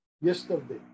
yesterday